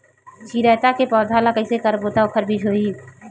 चिरैता के पौधा ल कइसे करबो त ओखर बीज होई?